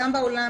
גם בעולם,